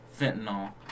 Fentanyl